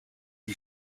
who